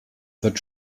wird